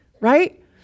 right